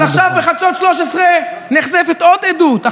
אז עכשיו בחדשות 13 נחשפת עוד עדות.